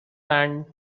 and